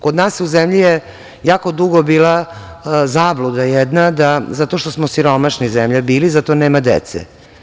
Kod nas u zemlji je jako dugo bila zabluda jedna zato što smo siromašna zemlja bili, zato nema dece.